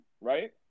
right